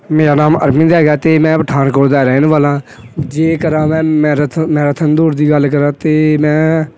ਮੇਰਾ ਨਾਮ ਅਰਵਿੰਦ ਹੈਗਾ ਅਤੇ ਮੈਂ ਪਠਾਨਕੋਟ ਦਾ ਰਹਿਣ ਵਾਲਾ ਹਾਂ ਜੇ ਕਰਾਂ ਮੈਂ ਮੈਰਾਥਨ ਮੈਰਾਥਨ ਦੌੜ ਦੀ ਗੱਲ ਕਰਾਂ ਤਾਂ ਮੈਂ